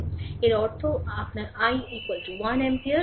সুতরাং এর অর্থ আপনার i 1 অ্যাম্পিয়ার